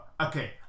Okay